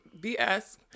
BS